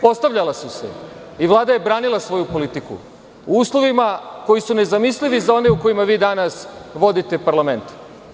Postavljala su se i Vlada je branila svoju politiku u uslovima koji su nezamislivi za one u kojima vi danas vodite parlament.